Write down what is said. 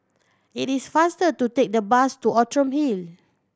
it is faster to take the bus to Outram Hill